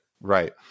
Right